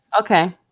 Okay